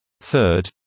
Third